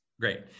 Great